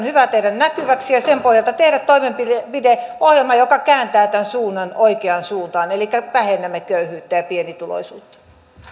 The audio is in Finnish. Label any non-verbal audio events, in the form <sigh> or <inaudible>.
<unintelligible> hyvä tehdä näkyviksi ja sen pohjalta tehdä toimenpideohjelma joka kääntää tämän suunnan oikeaan suuntaan elikkä vähennämme köyhyyttä ja pienituloisuutta